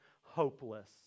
hopeless